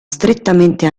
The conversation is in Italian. strettamente